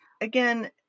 again